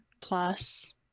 plus